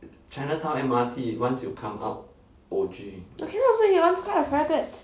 okay lah so he earns quite a fair bit